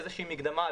מקדמה,